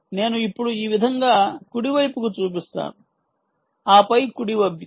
నేను ఇప్పుడు ఈ విధంగా కుడివైపుకు చూపిస్తాను ఆపై కుడివైపుకు